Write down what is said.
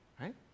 Right